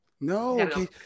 No